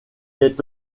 est